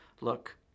Look